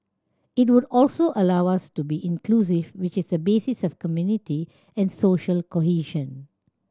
it would also allow us to be inclusive which is the basis of community and social cohesion